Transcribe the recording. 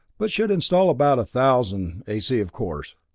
but should install about a thousand a c, of course.